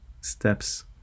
steps